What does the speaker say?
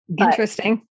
Interesting